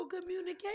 communication